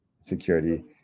security